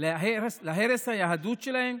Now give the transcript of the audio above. להרס היהדות שלהם?